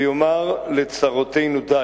ויאמר לצרותינו די.